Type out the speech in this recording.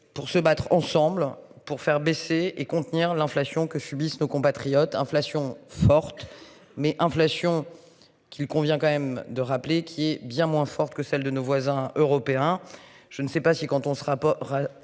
Pour se battre ensemble pour faire baisser et contenir l'inflation que subissent nos compatriotes inflation forte mais inflation qu'il convient quand même de rappeler qu'il est bien moins forte que celle de nos voisins européens. Je ne sais pas si quand on sera pas